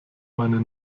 meine